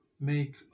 make